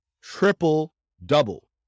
triple-double